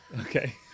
Okay